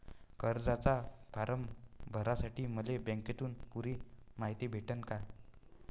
कर्जाचा फारम भरासाठी मले बँकेतून पुरी मायती भेटन का?